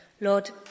Lord